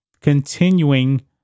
continuing